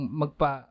magpa